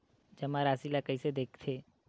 जमा राशि ला कइसे देखथे?